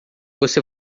você